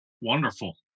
Wonderful